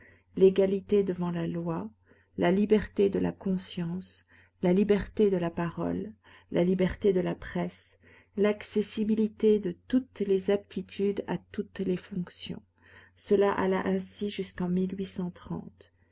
l'égalité devant la loi la liberté de la conscience la liberté de la parole la liberté de la presse l'accessibilité de toutes les aptitudes à toutes les fonctions cela alla ainsi jusqu'en